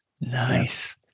Nice